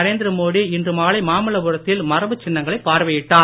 நரேந்திர மோடி இன்று மாலை மாமல்லபுரத்தில் மரபுச் சின்னங்களைப் பார்வையிட்டார்